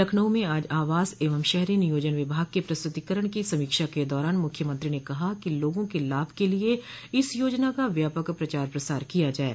लखनऊ में आज आवास एवं शहरी नियोजन विभाग के प्रस्तुतीकरण की समीक्षा के दौरान मुख्यमंत्री ने कहा कि लोगों के लाभ के लिये इस योजना का व्यापक प्रचार प्रसार किया जाये